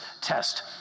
test